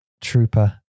Trooper